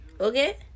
Okay